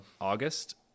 August